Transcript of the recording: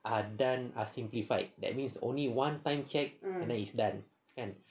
are done are simplified that means only one time check and then it's done kan